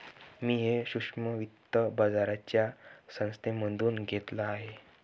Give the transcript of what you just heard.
मी हे सूक्ष्म वित्त बाजाराच्या संस्थेमधून घेतलं आहे